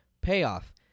payoff